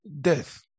death